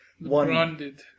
branded